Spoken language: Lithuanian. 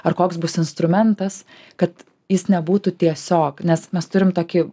ar koks bus instrumentas kad jis nebūtų tiesiog nes mes turim tokį